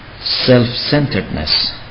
self-centeredness